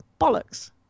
Bollocks